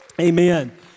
Amen